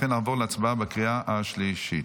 לכן נעבור להצבעה בקריאה השלישית.